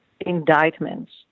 indictments